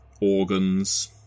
organs